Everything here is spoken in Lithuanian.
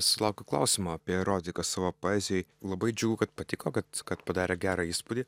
sulaukiu klausimo apie erotiką savo poezijoj labai džiugu kad patiko kad kad padarė gerą įspūdį